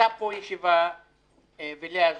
היתה פה ישיבה לפני שנה, ולאה זוכרת,